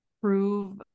prove